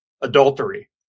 adultery